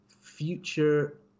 future